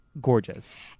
gorgeous